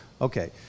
okay